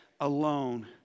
alone